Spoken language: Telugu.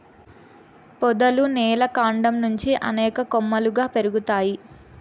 పొదలు నేల కాండం నుంచి అనేక కొమ్మలుగా పెరుగుతాయి